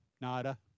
Nada